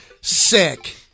sick